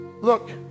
Look